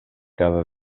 cada